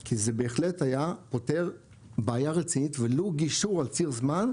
כי זה בהחלט היה פותר בעיה רצינית ולו גישור על ציר זמן,